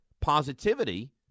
positivity